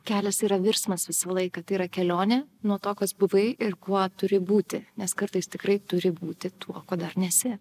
kelias yra virsmas visą laiką tai yra kelionė nuo to kas buvai ir kuo turi būti nes kartais tikrai turi būti tuo kuo dar nesi